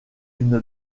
une